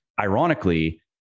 ironically